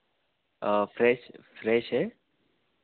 fresh fresh है